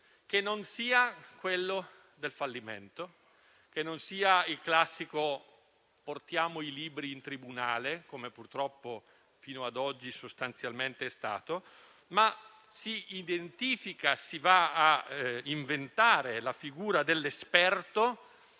che non siano quelli del fallimento o il classico portare i libri in tribunale, come purtroppo fino ad oggi sostanzialmente è stato, ma si identifica e si va a inventare la figura dell'esperto